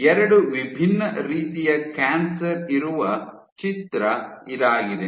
ಎರಡು ವಿಭಿನ್ನ ರೀತಿಯ ಕ್ಯಾನ್ಸರ್ ಇರುವ ಚಿತ್ರ ಇದಾಗಿದೆ